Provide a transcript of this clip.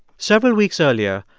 several weeks earlier,